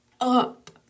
up